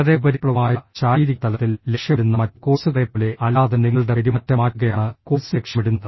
വളരെ ഉപരിപ്ലവമായ ശാരീരിക തലത്തിൽ ലക്ഷ്യമിടുന്ന മറ്റ് കോഴ്സുകളെപ്പോലെ അല്ലാതെ നിങ്ങളുടെ പെരുമാറ്റം മാറ്റുകയാണ് കോഴ്സ് ലക്ഷ്യമിടുന്നത്